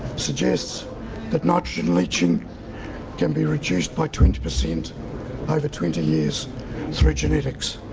suggests that nitrogen leaching can be reduced by twenty percent over twenty years through genetics.